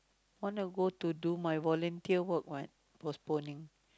want to go to do my volunteer work what postponing